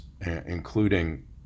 including